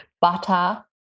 butter